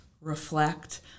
reflect